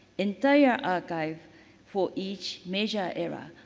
entire archive for each measure era.